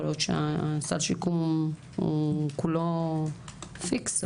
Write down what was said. יכול להיות שסל השיקום הוא כולו פיקס,